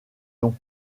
dons